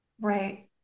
Right